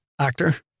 actor